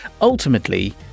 Ultimately